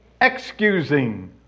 excusing